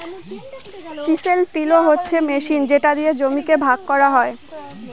chisel plough হচ্ছে machine যেটা দিয়ে জমিকে ভাগ করা হয়